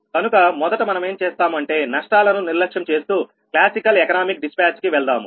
కనుక మొదట మనమేం చేస్తాము అంటే నష్టాలను నిర్లక్ష్యం చేస్తూ క్లాసికల్ ఎకనామిక్ డిస్పాచ్ కి వెళ్దాము